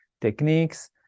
techniques